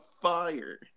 fire